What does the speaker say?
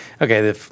okay